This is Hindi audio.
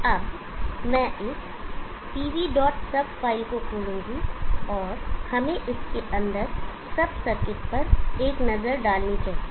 अब मैं इस pvsub फ़ाइल को खोलूंगा और हमें इसके अंदर सब सर्किट पर एक नजर डालनी चाहिए